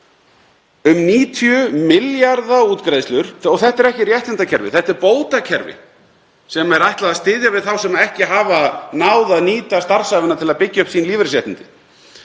um 90 milljarða útgreiðslur. Þetta er ekki réttindakerfi. Þetta er bótakerfi sem er ætlað að styðja við þá sem ekki hafa náð að nýta starfsævina til að byggja upp lífeyrisréttindi